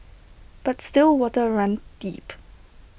but still waters run deep